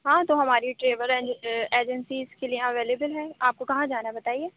ہاں تو ہماری ٹریول ایجسنی اِس کے لیے اویلیبل ہے آپ کو کہاں جانا ہے بتائیے